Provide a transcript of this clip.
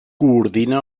coordina